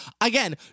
again